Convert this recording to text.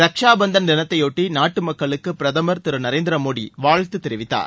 ரக்ஷா பந்தன் தினத்தையொட்டி நாட்டு மக்களுக்கு பிரதம் திரு நரேந்திரமோடி வாழ்த்து தெரிவித்தார்